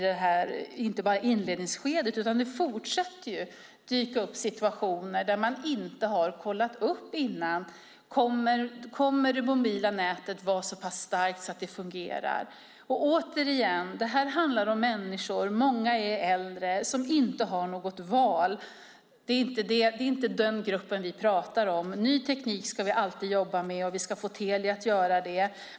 Det gäller inte bara i inledningsskedet, utan det fortsätter att dyka upp situationer där man inte innan har kontrollerat: Kommer det mobila nätet att vara så pass starkt att det fungerar? Återigen handlar det om människor, och många är äldre, som inte har något val. Det är inte den gruppen vi talar om. Vi ska alltid jobba med ny teknik, och vi ska få Telia att göra det.